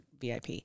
VIP